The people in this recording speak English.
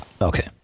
Okay